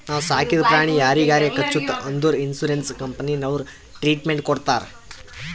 ನಾವು ಸಾಕಿದ ಪ್ರಾಣಿ ಯಾರಿಗಾರೆ ಕಚ್ಚುತ್ ಅಂದುರ್ ಇನ್ಸೂರೆನ್ಸ್ ಕಂಪನಿನವ್ರೆ ಟ್ರೀಟ್ಮೆಂಟ್ ಕೊಡ್ತಾರ್